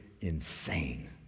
insane